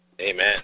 Amen